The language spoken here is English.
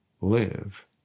Live